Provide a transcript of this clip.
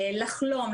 לחלום,